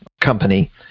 company